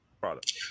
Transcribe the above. product